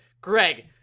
Greg